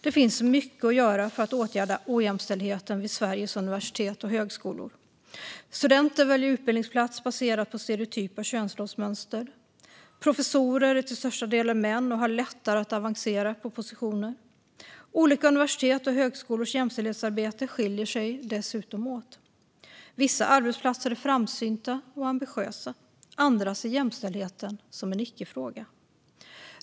Det finns mycket att göra för att åtgärda ojämställdheten vid Sveriges universitet och högskolor. Studenter väljer utbildningsplats baserat på stereotypa könsrollsmönster. Professorer är till största delen män och har lättare att avancera på positioner. Olika universitets och högskolors jämställdhetsarbete skiljer sig dessutom åt. Vissa arbetsplatser är framsynta och ambitiösa medan andra ser jämställdhet som en icke-fråga.